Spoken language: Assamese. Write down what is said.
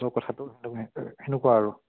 ত' কথাটো সেইটোহে সেনেকুৱা আৰু